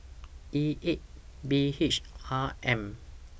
E eight B H R M